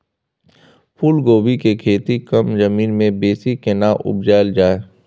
फूलकोबी के खेती कम जमीन मे बेसी केना उपजायल जाय?